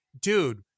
dude